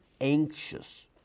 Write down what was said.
anxious